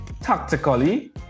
tactically